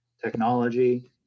technology